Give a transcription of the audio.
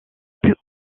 plus